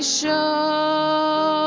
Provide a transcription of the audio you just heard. show